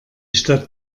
stadt